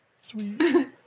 sweet